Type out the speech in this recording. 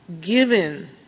given